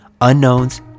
unknowns